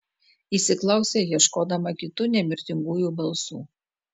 įsiklausė ieškodama kitų nemirtingųjų balsų